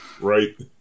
right